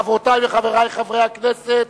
חברותי וחברי חברי הכנסת,